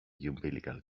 umbilical